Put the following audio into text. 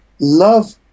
love